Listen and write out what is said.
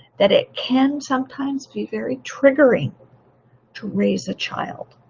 that it can sometimes be very triggering to raise a child